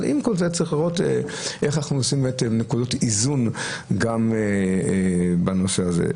אבל עם כל זה צריך לראות איך אנחנו עושים נקודות איזון גם בנושא הזה.